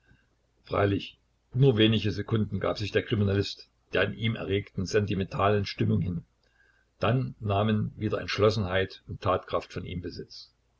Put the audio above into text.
freilich nur wenige sekunden gab sich der kriminalist der in ihm erregten sentimentalen stimmung hin dann nahmen wieder entschlossenheit und tatkraft von ihm besitz